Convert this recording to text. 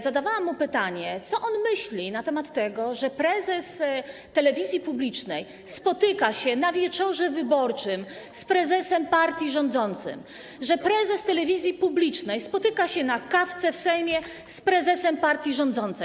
Zadawałam mu pytanie, co on myśli na temat tego, że prezes telewizji publicznej spotyka się na wieczorze wyborczym z prezesem partii rządzącej, że prezes telewizji publicznej spotyka się na kawce w Sejmie z prezesem partii rządzącej.